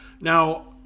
Now